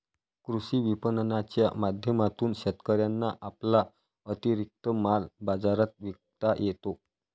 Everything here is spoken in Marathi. कृषी विपणनाच्या माध्यमातून शेतकऱ्यांना आपला अतिरिक्त माल बाजारात विकता येतो